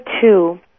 two